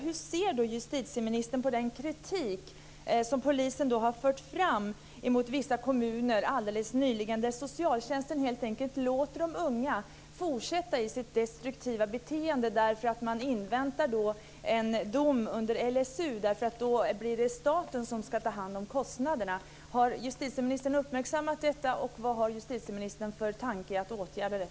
Hur ser justitieministern på den kritik som polisen har fört fram mot vissa kommuner alldeles nyligen där socialtjänsten helt enkelt låter de unga fortsätta i sitt destruktiva beteende därför att man inväntar en dom under LSU? Då blir det nämligen staten som ska ta hand om kostnaderna. Har justitieministern uppmärksammat detta och vad har justitieministern för tanke om att åtgärda det?